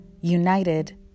united